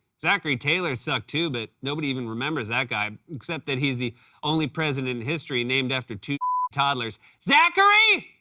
zachary taylor sucked, too, but nobody even remembers that guy, except that he's the only president in history named after two toddlers. zachary!